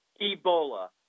Ebola